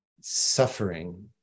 suffering